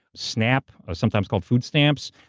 snap, sometimes called food stamps,